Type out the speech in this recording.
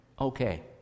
okay